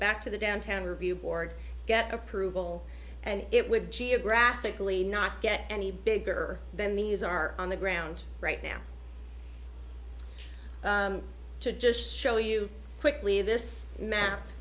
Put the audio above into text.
back to the downtown review board get approval and it would geographically not get any bigger than these are on the ground right now to just show you quickly this map